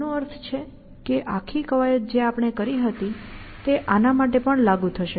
તેનો અર્થ છે કે આ આખી કવાયત જે આપણે કરી હતી તે આના માટે પણ લાગુ થશે